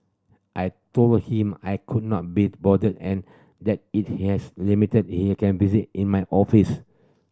I told him I could not be bothered and that if he has limited he can visit in my office